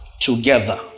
together